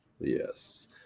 yes